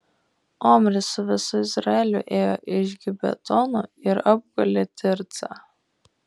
omris su visu izraeliu ėjo iš gibetono ir apgulė tircą